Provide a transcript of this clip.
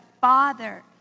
father